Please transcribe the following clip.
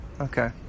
Okay